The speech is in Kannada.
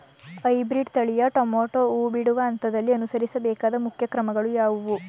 ಹೈಬ್ರೀಡ್ ತಳಿಯ ಟೊಮೊಟೊ ಹೂ ಬಿಡುವ ಹಂತದಲ್ಲಿ ಅನುಸರಿಸಬೇಕಾದ ಮುಖ್ಯ ಕ್ರಮಗಳು ಯಾವುವು?